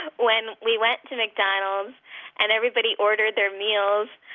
when we went to mcdonald's um and everybody ordered their meals,